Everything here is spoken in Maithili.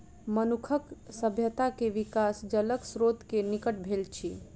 मनुखक सभ्यता के विकास जलक स्त्रोत के निकट भेल अछि